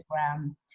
instagram